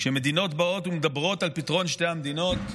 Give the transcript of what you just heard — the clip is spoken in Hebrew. כשמדינות באות ומדברות על פתרון שתי המדינות,